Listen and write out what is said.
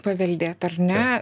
paveldėt ar ne